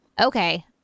okay